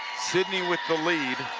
sidney with the lead